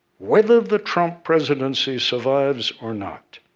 whether the trump presidency survives or not,